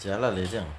jialat eh 这样